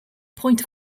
point